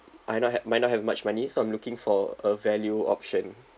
might not ha~ might not have much money so I'm looking for a value option